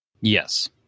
Yes